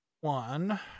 one